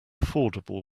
affordable